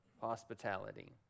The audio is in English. hospitality